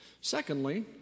Secondly